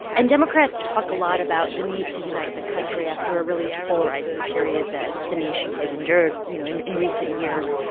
and democrats talk a lot about the need to unite the country after a really polarizing period that that the nation has endured, you know, in in recent years.